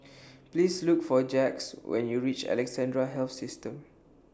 Please Look For Jacquez when YOU REACH Alexandra Health System